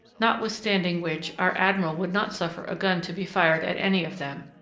notwithstanding which our admiral would not suffer a gun to be fired at any of them,